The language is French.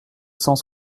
cent